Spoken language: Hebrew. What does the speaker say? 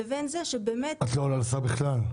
לבין זה שבאמת --- את לא עולה לשר בכלל.